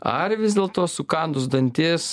ar vis dėlto sukandus dantis